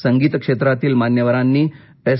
संगीत क्षेत्रातील मान्यवरांनी एस